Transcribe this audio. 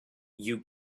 you